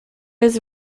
was